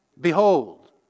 Behold